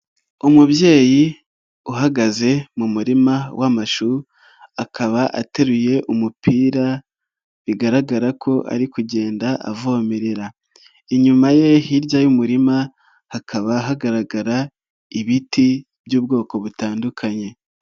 Umubyeyi uhagaze mu murima w'amashu akaba ateruye umupira bigaragara ko ari kugenda avomerera, inyuma ye hirya y'umurima hakaba hagaragara ibiti by'ubwoko butandukanye.